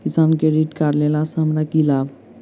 किसान credit card लेला सऽ हमरा की लाभ?